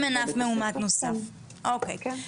אם אין אף מאומת נוסף, אוקיי.